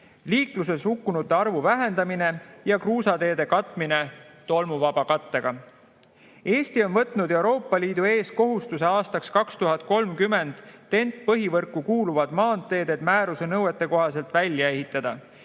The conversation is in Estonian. liikluses hukkunute arvu vähendamine ja kruusateede katmine tolmuvaba kattega. Eesti on võtnud Euroopa Liidu ees kohustuse aastaks 2030 TEN-T‑põhivõrku kuuluvad maanteed määruse nõuete kohaselt välja ehitada.